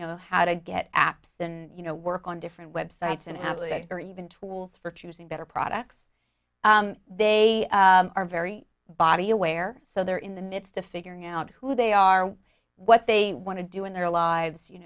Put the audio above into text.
know how to get apps and you know work on different websites and apple or even tools for choosing better products they are very body aware so they're in the midst of figuring out who they are what they want to do in their lives you